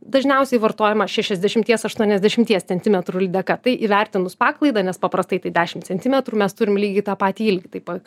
dažniausiai vartojama šešiasdešimties aštuoniasdešimties centimetrų lydeka tai įvertinus paklaidą nes paprastai tai dešim centimetrų mes turim lygiai tą patį ilgį tai pa